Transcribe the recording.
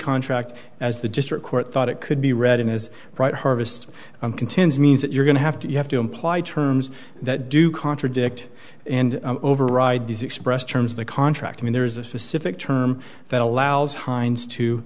contract as the district court thought it could be read in as bright harvest contends means that you're going to have to you have to imply terms that do contradict and override these expressed terms of the contract mean there is a specific term that allows heinz to